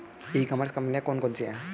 ई commerce कंपनियाँ कौन कौन सी हैं?